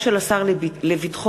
דב ליפמן ומאיר שטרית,